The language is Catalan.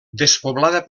despoblada